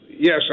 Yes